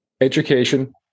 Education